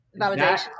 validation